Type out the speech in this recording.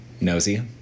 nosy